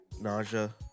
Nausea